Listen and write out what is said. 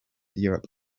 europe